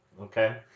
okay